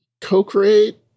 co-create